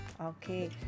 Okay